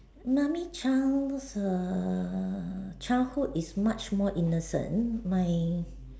mummy child's err childhood is much more innocent mine